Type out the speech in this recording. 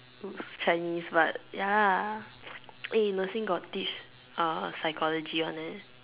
he's Chinese but ya eh nursing got teach psychology one eh